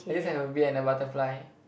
I just have a bee and a butterfly